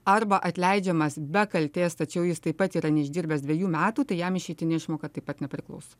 arba atleidžiamas be kaltės tačiau jis taip pat yra neišdirbęs dvejų metų tai jam išeitinė išmoka taip pat nepriklauso